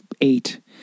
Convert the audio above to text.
eight